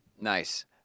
Nice